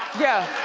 yeah,